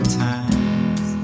times